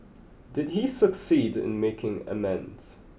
did he succeed in making amends